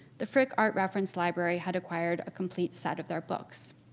the frick art reference library had acquired a complete set of their books.